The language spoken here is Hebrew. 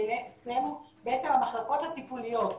אצלנו המחלקות הטיפוליות,